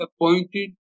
appointed